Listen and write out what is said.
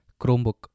Chromebook